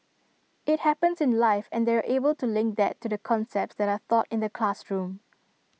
IT happens in life and they're able to link that to the concepts that are taught in the classroom